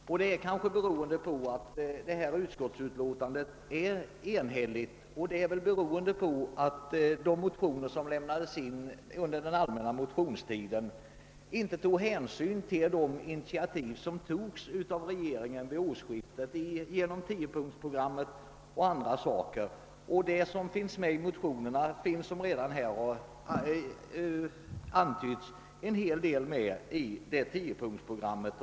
Herr talman! Innan jag gick upp i talarstolen fick jag rådet att bara direkt yrka bifall till utskottets hemställan. Kanske jag borde göra det, men trots rådet ber jag att få säga några ord. Statsutskottets utlåtande nr 113 är enhälligt, och det beror väl på att de motioner som lämnades in under den allmänna motionstiden inte tog hänsyn till de initiativ som vid årsskiftet togs av regeringen genom tiopunktsprogrammet och andra åtgärder. En hel del av de åtgärder som föreslås i motionerna finns, som redan antytts, med i tiopunktsprogrammet.